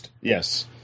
Yes